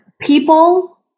people